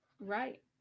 right